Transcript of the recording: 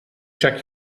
check